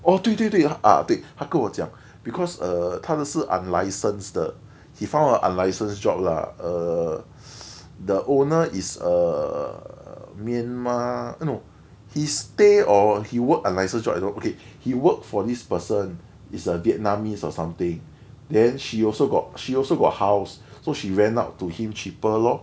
orh 对对对啊对他跟我讲 because err 他们是 unlicensed 的 he found an unlicensed job lah err the owner is a myanmar uh no he stay or he worked an unlicensed job okay he worked for this person is a vietnamese or something then she also got she also got house so she rent out to him cheaper lor